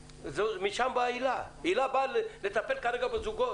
הילה באה לטפל כרגע בזוגות.